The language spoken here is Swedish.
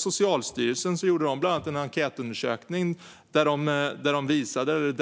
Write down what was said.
Socialstyrelsen gjorde en enkätundersökning där